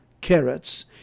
carrots